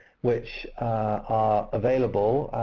which are available.